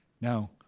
Now